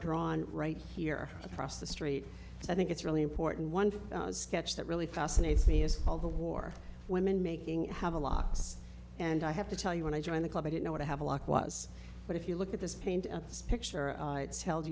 drawn right here across the street so i think it's really important one sketch that really fascinates me is all the war women making have a lot and i have to tell you when i joined the club i didn't know what i have a lock was but if you look at this paint of this picture it's held